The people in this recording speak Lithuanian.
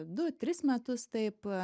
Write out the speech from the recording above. du tris metus taip